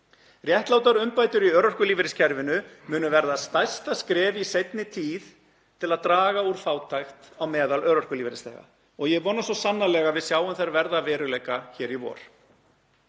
Réttlátar umbætur í örorkulífeyriskerfinu munu verða stærsta skref í seinni tíð til að draga úr fátækt á meðal örorkulífeyrisþega og ég vona svo sannarlega að við sjáum þær verða að veruleika hér í vor.